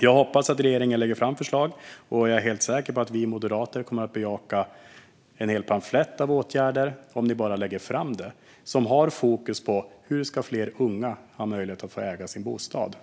Jag hoppas att regeringen lägger fram förslag, och jag är helt säker på att vi moderater kommer att bejaka en palett av åtgärder om man bara lägger fram den. Fokus måste ligga på hur fler unga ska ha möjlighet att äga sin bostad.